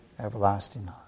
everlasting